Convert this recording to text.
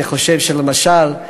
אני חושב, למשל,